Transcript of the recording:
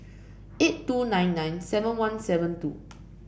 eight two nine nine seven one seven two